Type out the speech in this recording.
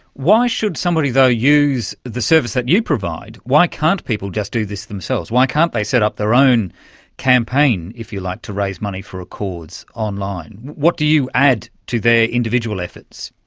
why should somebody, though, use the service that you provide? why can't people just do this themselves? why can't they set up their own campaign, if you like, to raise money for a cause online? what do you add to their individual efforts?